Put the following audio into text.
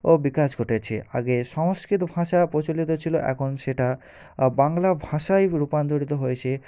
ও বিকাশ ঘটেছে আগে সংস্কৃত ভাষা প্রচলিত ছিল এখন সেটা বাংলা ভাষায় রূপান্তরিত হয়েছে